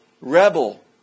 Rebel